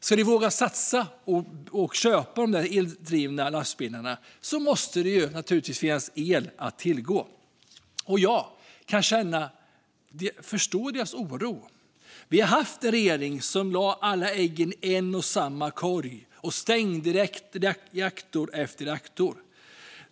Ska de våga satsa på att köpa de där eldrivna lastbilarna måste det naturligtvis finnas el att tillgå. Jag kan förstå deras oro. Vi har haft en regering som lade alla ägg i samma korg och stängde reaktor efter reaktor.